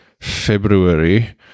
February